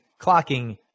clocking